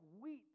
wheat